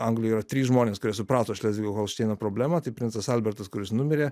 anglijoj yra trys žmonės kurie suprato šlezvigo holšteino problemą tai princas albertas kuris numirė